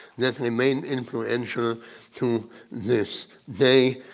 that remain influential to this day.